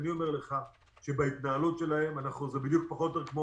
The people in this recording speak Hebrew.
אני אומר לך שבהתנהלות שלהם זה פחות או יותר כמו